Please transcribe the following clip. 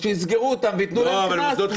אז שיסגרו אותם וייתנו להם קנס כמו